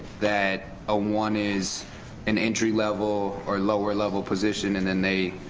that a one is an entry level or lower level position and then they?